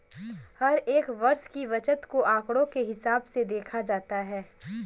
हर एक वर्ष की बचत को आंकडों के हिसाब से देखा जाता है